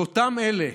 לאותם אלה,